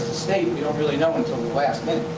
state, we don't really know until the last minute.